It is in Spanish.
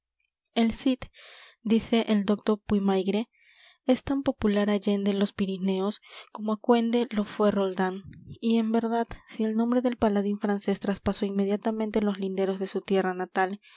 el cid dice el docto puymaigre es tan popular allende los pirineos como aquende lo fué roldán y en verdad si el nombre del paladín francés traspasó inmediatamente los linderos de su tierra natal